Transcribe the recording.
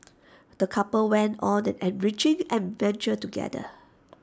the couple went on an enriching adventure together